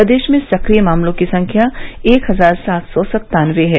प्रदेश में सक्रिय मामलों की संख्या एक हजार सात सौ सत्तानबे है